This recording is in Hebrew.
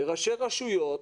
לראשי רשויות,